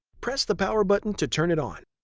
press the power button to turn it on.